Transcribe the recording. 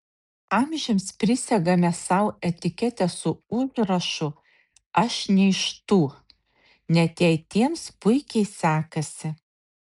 amžiams prisegame sau etiketę su užrašu aš ne iš tų net jei tiems puikiai sekasi